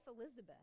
Elizabeth